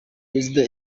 perezida